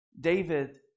David